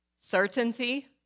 Certainty